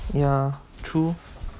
ya true